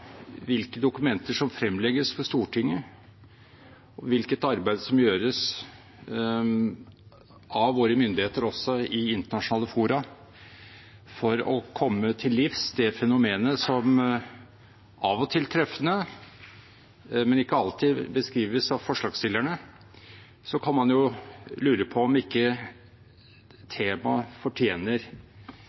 hvilke dokumenter som fremlegges for Stortinget, og hvilket arbeid som gjøres av våre myndigheter også i internasjonale fora for å komme til livs det fenomenet som – av og til treffende, men ikke alltid – beskrives av forslagsstillerne, kan man jo lure på om ikke temaet fortjener